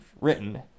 written